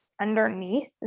underneath